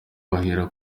bahera